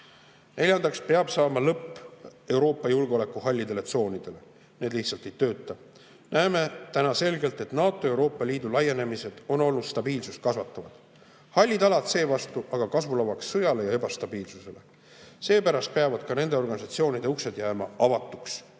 sellega. Neljandaks peab [tulema] lõpp Euroopa julgeoleku hallidele tsoonidele. Need lihtsalt ei tööta. Näeme täna selgelt, et NATO ja Euroopa Liidu laienemised on olnud stabiilsust kasvatavad, hallid alad seevastu aga kasvulava sõjale ja ebastabiilsusele. Seepärast peavad ka nende organisatsioonide uksed jääma avatuks,